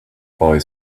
boy